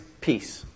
peace